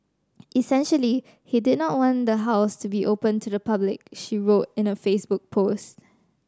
essentially he did not want the house to be open to the public she wrote in a Facebook post